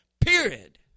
period